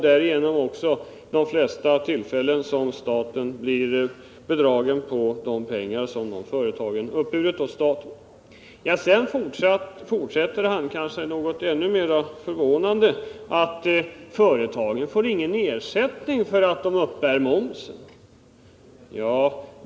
Därigenom återfinns där de flesta tillfällen då staten blir bedragen på de pengar som företagen uppburit åt staten. Sedan fortsatte Johan Olsson — kanske ännu mer förvånande — med att säga att företagen inte får någon ersättning för att de uppbär moms.